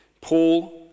Paul